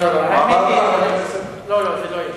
מה אמרת, חבר כנסת, לא, לא, זה לא יהיה.